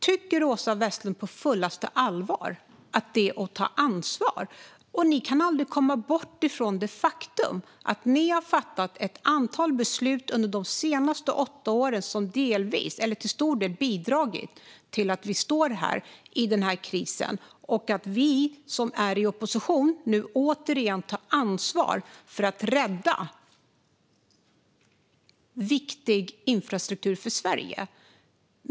Tycker Åsa Westlund på fullt allvar att det är att ta ansvar? Ni kan aldrig komma ifrån det faktum att ni har fattat ett antal beslut under de senaste åtta åren som till stor del har bidragit till att vi befinner oss i den här krisen. Vi som är i opposition tar återigen nu ansvar för att rädda infrastruktur som är viktig för Sverige.